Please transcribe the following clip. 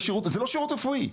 זה לא שירות רפואי.